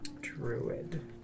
druid